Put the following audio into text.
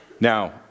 Now